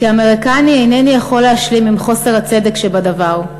כאמריקני איני יכול להשלים עם חוסר הצדק שבדבר.